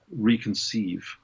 reconceive